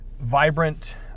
vibrant